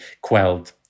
quelled